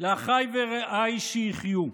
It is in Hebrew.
"לאחיי ורעיי שיחיו".